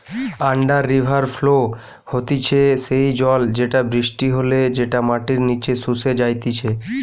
under river flow হতিছে সেই জল যেটা বৃষ্টি হলে যেটা মাটির নিচে শুষে যাইতিছে